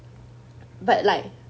but like